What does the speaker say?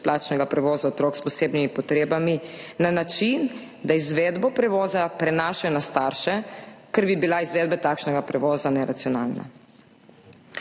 brezplačnega prevoza otrok s posebnimi potrebami na način, da izvedbo prevoza prenašajo na starše, ker bi bila izvedba takšnega prevoza neracionalna.